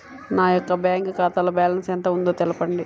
నా యొక్క బ్యాంక్ ఖాతాలో బ్యాలెన్స్ ఎంత ఉందో తెలపండి?